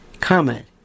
Comment